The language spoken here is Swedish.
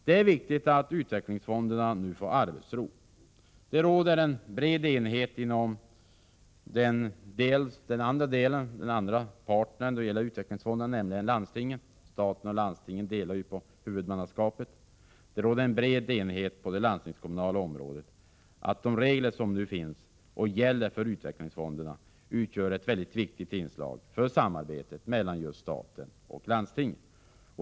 Det är viktigt att utvecklingsfonderna nu får arbetsro. Det råder en bred enighet inom landstingen, som är den andra parten när det gäller utvecklingsfonderna — staten och landstingen delar ju på huvudmannaskapet — om att de regler som nu gäller för utvecklingsfonderna utgör ett viktigt inslag i samarbetet mellan just staten och landstingen.